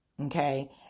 Okay